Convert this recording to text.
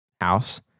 house